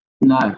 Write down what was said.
No